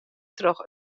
troch